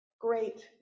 great